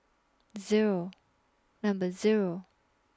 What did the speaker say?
Zero and Zero